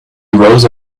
rose